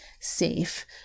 safe